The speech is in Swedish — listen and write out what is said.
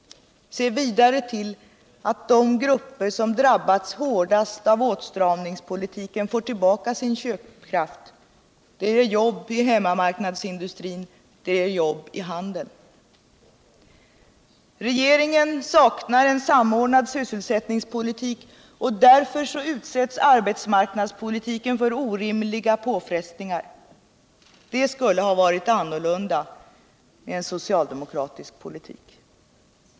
Se vidare till att de grupper som drabbats hårdast av åtstramningspolitiken får tillbaka sin köpkraft — det ger jobb i hemmamarknadsindustrin och i handeln! Regeringen saknar en samordnad sysselsättningspolitik, och därför utsätts uarbetsmarknadspolitiken för orimliga påfrestningar. Det skulle ha varit annorlunda med en socialdemokratisk politik.